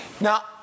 Now